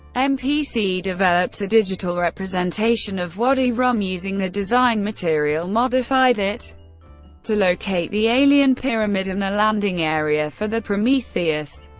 mpc developed a digital representation of wadi rum using the design material, modified it to locate the alien pyramid and a landing area for the prometheus,